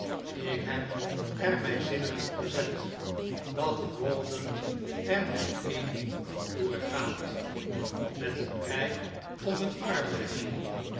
ik heb er mijn zinnen op gezet dat rawdon er met een van door gaat met een rijk of een arm meisje